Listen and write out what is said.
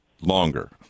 longer